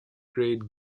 grade